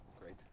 Great